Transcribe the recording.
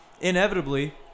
Inevitably